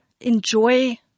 Enjoy